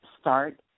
start